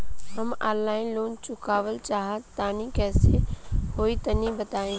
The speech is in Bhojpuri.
हम आनलाइन लोन चुकावल चाहऽ तनि कइसे होई तनि बताई?